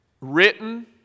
Written